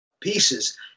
pieces